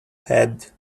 head